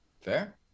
fair